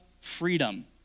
freedom